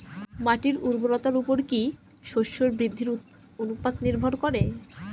মাটির উর্বরতার উপর কী শস্য বৃদ্ধির অনুপাত নির্ভর করে?